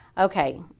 okay